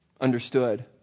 understood